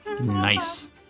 Nice